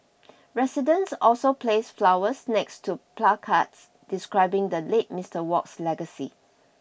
residents also placed flowers next to placards describing the late Mister Work's legacy